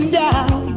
down